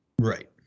Right